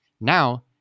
now